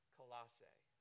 Colossae